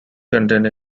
content